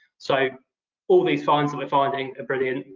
so all these finds that we're finding are brilliant,